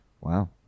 Wow